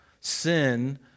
sin